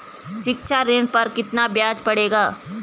शिक्षा ऋण पर कितना ब्याज पड़ेगा?